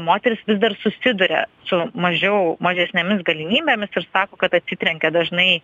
moterys vis dar susiduria su mažiau mažesnėmis galimybėmis ir sako kad atsitrenkia dažnai